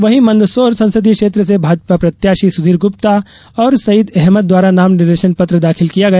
वहीं मंदसौर संसदीय क्षेत्र से भाजपा प्रत्याशी सुधीर ग्रुप्ता और सईद अहमद द्वारा नाम निर्देशन पत्र दाखिल किया गया